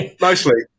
mostly